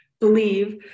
believe